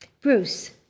Bruce